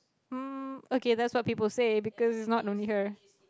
um okay that's what people say because is not only her